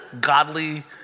godly